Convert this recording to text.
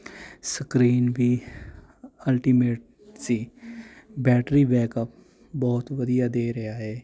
screen ਵੀ ultimate ਸੀ battery backup ਬਹੁਤ ਵਧੀਆ ਦੇ ਰਿਹਾ ਇਹ